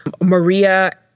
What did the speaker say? Maria